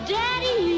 daddy